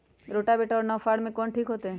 Rotavator और नौ फ़ार में कौन ठीक होतै?